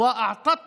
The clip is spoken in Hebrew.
ולתרום להקמת